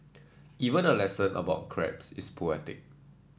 even a lesson about crabs is poetic